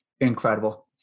Incredible